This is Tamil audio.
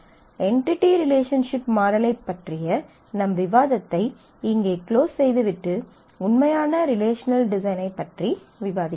என்டிடி ரிலேஷன்ஷிப் மாடலைப் பற்றிய நம் விவாதத்தை இங்கே க்ளோஸ் செய்து விட்டு உண்மையான ரிலேஷனல் டிசைனைப் பற்றி விவாதிக்கலாம்